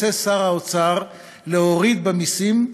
רוצה שר האוצר להוריד מסים.